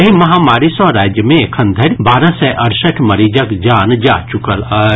एहि महामारी सँ राज्य मे एखन धरि बारह सय अड़सठि मरीजक जान जा चुकल अछि